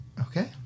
Okay